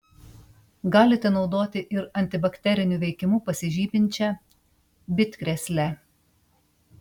galite naudoti ir antibakteriniu veikimu pasižyminčią bitkrėslę